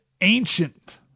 ancient